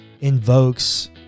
invokes